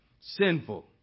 sinful